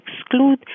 exclude